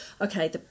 Okay